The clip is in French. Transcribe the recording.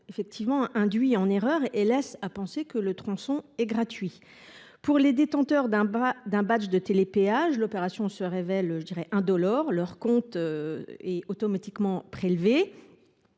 de télépéage induit en erreur et laisse à penser que ce tronçon est gratuit. Pour les détenteurs d’un badge de télépéage, l’opération se révèle indolore, leur compte étant automatiquement prélevé.